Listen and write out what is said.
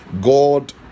God